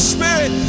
Spirit